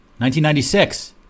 1996